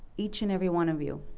each and every one of you,